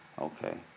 Okay